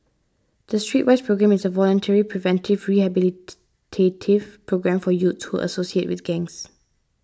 the Streetwise Programme is a voluntary preventive rehabilitative programme for youths who associate with gangs